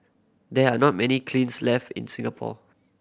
there are not many kilns left in Singapore